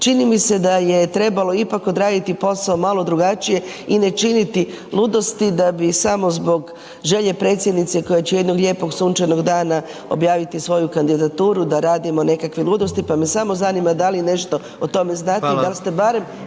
Čini mi se da je trebalo ipak odraditi posao malo drugačije i ne činiti ludosti da bi samo zbog želje predsjednice koja će jednog lijepog sunčanog dana objaviti svoju kandidaturu, da radimo nekakve ludosti, pa me samo zanima, da li nešto o tome znate